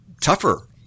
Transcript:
tougher